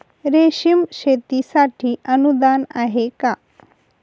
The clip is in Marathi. रेशीम शेतीसाठी अनुदान आहे का?